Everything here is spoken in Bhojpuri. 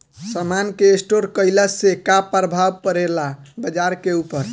समान के स्टोर काइला से का प्रभाव परे ला बाजार के ऊपर?